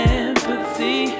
empathy